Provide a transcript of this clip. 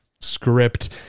script